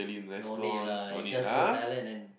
no need lah just go Thailand and